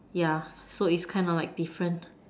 yeah so is kind of like different